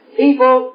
people